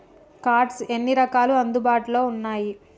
Cards ఎన్ని రకాలు అందుబాటులో ఉన్నయి?